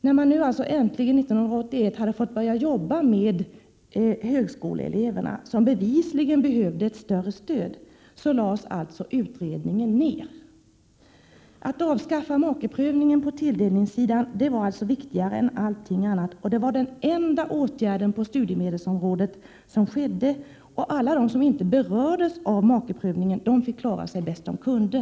När utredningen 1981 äntligen hade fått börja arbeta med högskoleeleverna, som bevisligen behövde ett större stöd, lades alltså utredningen ner. Att avskaffa makeprövningen på tilldelningssidan var alltså viktigare än allting annat. Det var den enda åtgärden på studiemedelsområdet som vidtogs. Alla de som inte berördes av makeprövningen fick klara sig bäst de kunde.